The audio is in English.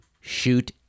shoot